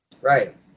Right